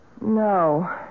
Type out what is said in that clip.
No